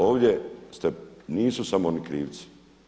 Ovdje ste, nisu samo oni krivci.